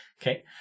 Okay